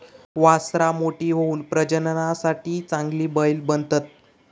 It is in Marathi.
वासरां मोठी होऊन प्रजननासाठी चांगले बैल बनतत